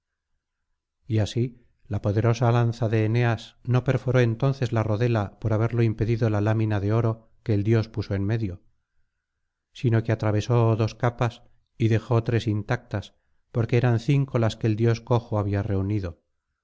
y así la ponderosa lanza de eneas no perforó entonces la rodela por haberlo impedido la lámina de oro que el dios puso en medio sino que atravesó dos capas y dejó tres intactas porque eran cinco las que el dios cojo había reunido